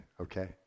Okay